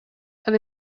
elle